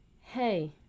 hey